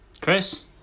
Chris